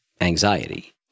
anxiety